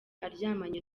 aryamanye